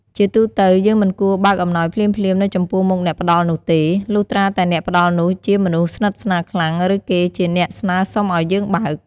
ជាទូទៅ យើង មិនគួរបើកអំណោយភ្លាមៗ នៅចំពោះមុខអ្នកផ្ដល់នោះទេ លុះត្រាតែអ្នកផ្ដល់នោះជាមនុស្សស្និទ្ធស្នាលខ្លាំង ឬគេជាអ្នកស្នើសុំឲ្យយើងបើក។